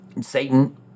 Satan